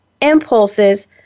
impulses